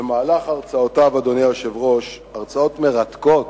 במהלך הרצאותיו, אדוני היושב-ראש, הרצאות מרתקות,